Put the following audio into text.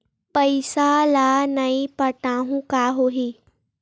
पईसा ल नई पटाहूँ का होही?